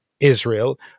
Israel